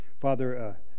Father